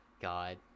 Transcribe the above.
god